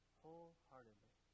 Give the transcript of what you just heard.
wholeheartedly